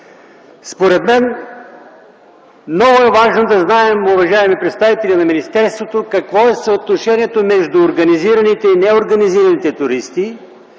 Според мен е много важно да знаем, уважаеми представители на министерството, какво е съотношението между организираните и неорганизираните туристи